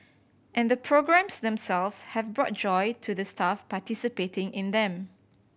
and the programmes themselves have brought joy to the staff participating in them